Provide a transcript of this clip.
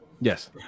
Yes